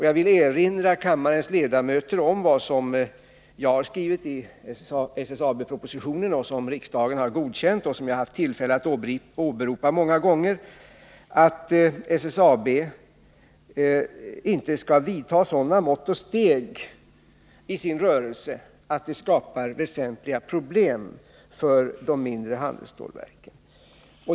Jag vill erinra kammarens ledamöter om vad jag har skrivit i SSAB-propositionen som riksdagen har godkänt och som jag har haft tillfälle att åberopa många gånger, nämligen att SSAB inte skall vidta sådana mått och steg i sin rörelse att det skapar väsentliga problem för de mindre handelsstålverken.